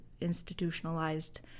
institutionalized